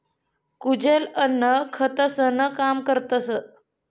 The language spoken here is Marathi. कुजेल अन्न खतंसनं काम करतस